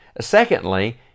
Secondly